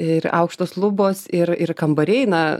ir aukštos lubos ir ir kambariai na